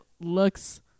looks